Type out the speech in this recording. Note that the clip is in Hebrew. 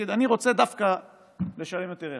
הוא יגיד: אני רוצה דווקא לשלם יותר.